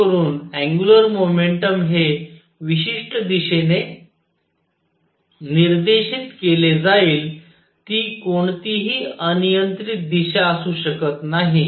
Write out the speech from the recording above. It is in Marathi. जेणेकरून अँग्युलर मोमेंटम हे विशिष्ट दिशेने निर्देशित केले जाईल ती कोणतीही अनियंत्रित दिशा असू शकत नाही